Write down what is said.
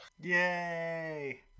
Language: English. Yay